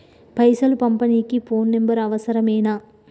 పైసలు పంపనీకి phone number అవసరమేనా?